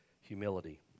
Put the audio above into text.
humility